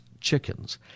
chickens